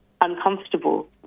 uncomfortable